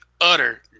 utter